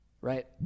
right